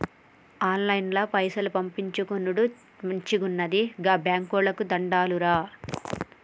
ఆన్లైన్ల పైసలు పంపిచ్చుకునుడు మంచిగున్నది, గా బాంకోళ్లకు దండాలురా